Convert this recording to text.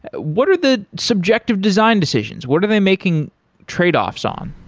what are the subjective design decisions? what are they making trade-offs on?